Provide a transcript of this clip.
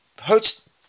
hurts